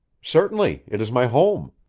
certainly it is my home.